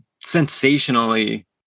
sensationally